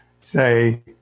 say